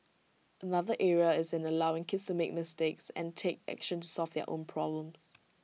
another area is in allowing kids to make mistakes and take action to solve their own problems